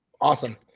Awesome